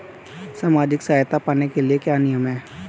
सामाजिक सहायता पाने के लिए क्या नियम हैं?